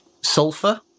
sulfur